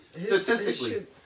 statistically